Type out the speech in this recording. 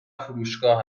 فروشگاه